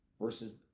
versus